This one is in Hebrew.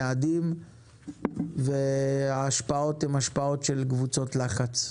אין יעדים וההשפעות הן של קבוצות לחץ,